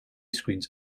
screens